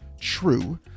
true